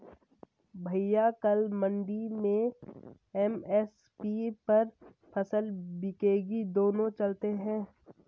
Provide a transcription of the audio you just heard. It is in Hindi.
भैया कल मंडी में एम.एस.पी पर फसल बिकेगी दोनों चलते हैं